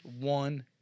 one